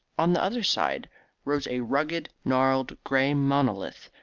on the other side rose a rugged, gnarled, grey monolith,